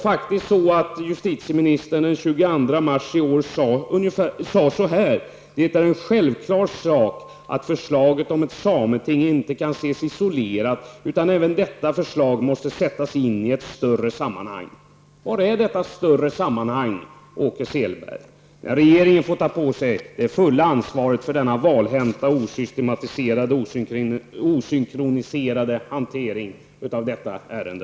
Justitieministern sade faktiskt den 22 mars att det var en självklar sak att förslaget om ett sameting inte kan ses isolerat utan att även detta förslag måste sättas in i ett större sammanhang. Var finns detta ''större sammanhang'', Åke Selberg, när regeringen får ta på sig det fulla ansvaret för denna valhänta, osystematiserade och osynkroniserade hantering av detta ärende.